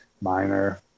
minor